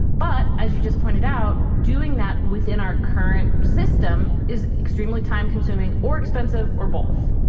but as you just pointed out, doing that within our current system is extremely time consuming or expensive or both.